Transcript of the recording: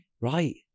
Right